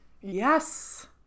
Yes